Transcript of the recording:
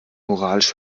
moralisch